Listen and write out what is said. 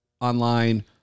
online